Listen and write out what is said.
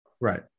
Right